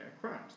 crimes